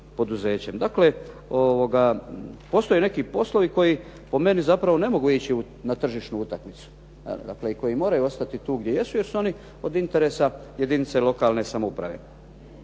Dakle, postoje neki poslovi koji po meni zapravo ne mogu ići na tržišnu utakmicu, dakle koji moraju ostati tu gdje jesu jer su oni od interesa jedinice lokalne samouprave.